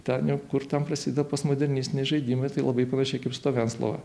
ten jau kur ten prasideda postmodernistiniai žaidimai tai labai panašiai kaip su tuo venclova